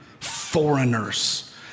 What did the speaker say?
foreigners